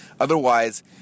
Otherwise